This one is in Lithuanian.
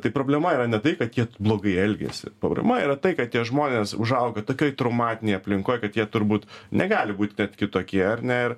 tai problema yra ne tai kad jie blogai elgėsi problema yra tai kad tie žmonės užaugo tokioj traumatinėj aplinkoj kad jie turbūt negali būt net kitokie ar ne ir